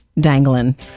dangling